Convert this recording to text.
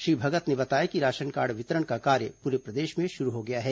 श्री भगत ने बताया कि राशन कार्ड वितरण का कार्य पूरे प्रदेश में शुरू हो गया है